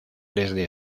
desde